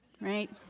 right